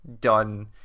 done